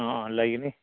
ꯑꯥ ꯑꯥ ꯂꯩꯒꯅꯤ